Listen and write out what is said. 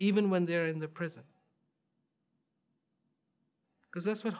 even when they're in the prison because that's what